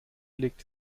legte